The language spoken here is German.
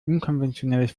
unkonventionelles